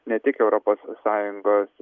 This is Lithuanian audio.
ne tik europos sąjungos